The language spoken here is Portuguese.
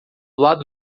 lado